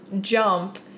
jump